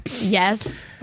yes